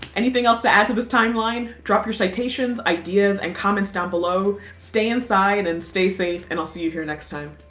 anything else to add to this timeline? drop your citations, ideas and comments down below. stay inside and stay safe. and i'll see you here next time.